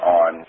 on